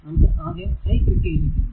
നമുക്ക് ആദ്യം i കിട്ടിയിരുന്നു